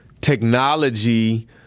technology